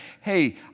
hey